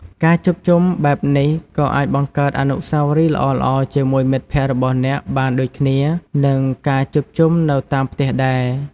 ការជួបជុំបែបនេះក៏អាចបង្កើតអនុស្សាវរីយ៍ល្អៗជាមួយមិត្តភក្តិរបស់អ្នកបានដូចគ្នានឹងការជួបជុំនៅតាមផ្ទះដែរ។